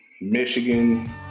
Michigan